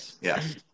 Yes